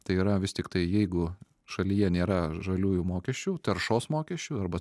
tai yra vis tiktai jeigu šalyje nėra žaliųjų mokesčių taršos mokesčių arba